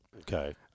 Okay